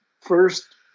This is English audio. first